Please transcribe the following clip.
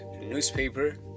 newspaper